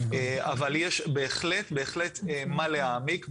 אבל יש בהחלט, בהחלט מה להעמיק.